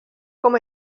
com